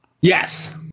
Yes